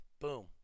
Boom